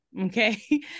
Okay